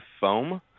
Foam